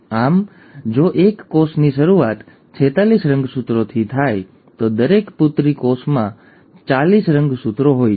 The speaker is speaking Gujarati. આમ જો એક કોષની શરૂઆત 46 રંગસૂત્રોથી થાય તો દરેક પુત્રી કોષમાં 40 રંગસૂત્રો હોય છે